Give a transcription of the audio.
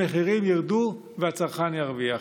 המחירים ירדו והצרכן ירוויח.